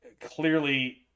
Clearly